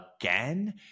again